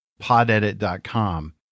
podedit.com